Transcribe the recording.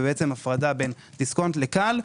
ובעצם הפרדה בין דיסקונט לכאל,